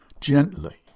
Gently